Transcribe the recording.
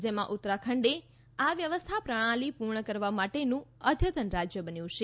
જેમાં ઉત્તરાખંડએ આ વ્યવસ્થા પ્રણાલી પૂર્ણ કરવા માટેનું અદ્યતન રાજ્ય બન્યું છે